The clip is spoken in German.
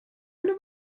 eine